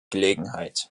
gelegenheit